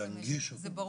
להנגיש את זה.